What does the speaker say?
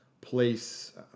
place –